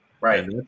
right